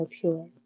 pure